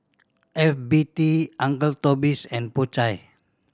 F B T Uncle Toby's and Po Chai